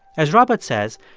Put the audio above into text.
as robert says,